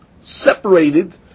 separated